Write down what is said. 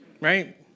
right